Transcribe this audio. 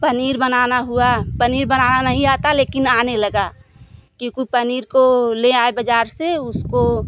पनीर बनाना हुआ पनीर बनाना नहीं आता लेकिन आने लगा क्पयोंकि नीर को ले आए बाजार से उसको